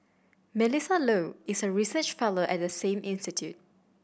Melissa Low is a research fellow at the same institute